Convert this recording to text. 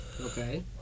Okay